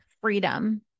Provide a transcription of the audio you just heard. freedom